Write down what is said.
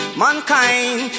mankind